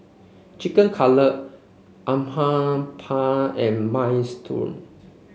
Chicken Cutlet Uthapam and Minestrone